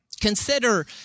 Consider